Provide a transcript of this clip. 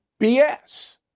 BS